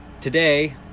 today